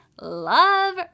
love